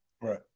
Right